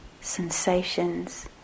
sensations